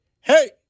hey